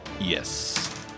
yes